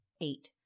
eight